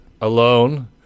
alone